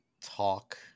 talk